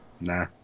Nah